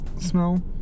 smell